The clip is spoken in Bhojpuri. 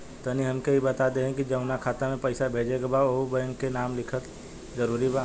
तनि हमके ई बता देही की जऊना खाता मे पैसा भेजे के बा ओहुँ बैंक के नाम लिखल जरूरी बा?